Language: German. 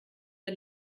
der